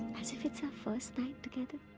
as if it's our first night together.